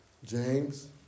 James